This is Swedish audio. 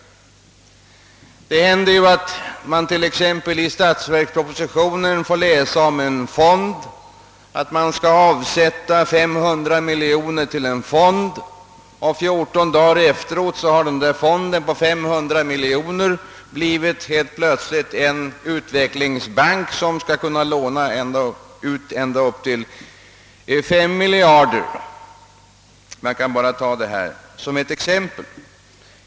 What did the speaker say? Det händer t.ex. att man i stats verkspropositionen får läsa att det skall avsättas 500 miljoner kronor till en fond, och 14 dagar efteråt har denna fond på 500 miljoner blivit en utvecklingsbank som skall låna ut ända upp till 5 miljarder kronor. Detta är endast ett exempel.